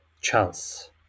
chance